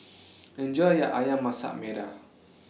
Enjoy your Ayam Masak Merah